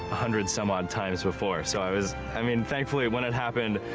a hundred some odd times before. so i was, i mean, thankfully when it happened